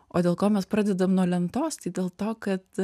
o dėl ko mes pradedam nuo lentos tai dėl to kad